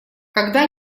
когда